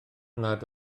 nad